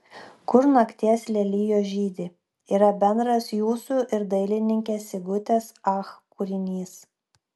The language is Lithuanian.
kur nakties lelijos žydi yra bendras jūsų ir dailininkės sigutės ach kūrinys